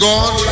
God